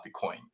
Bitcoin